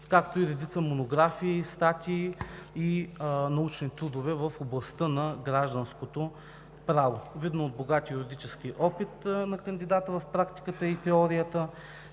както и редица монографии, статии и научни трудове в областта на Гражданското право. Видно от богатия юридически опит на кандидата в практиката и теорията